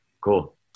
Cool